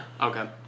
Okay